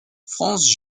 france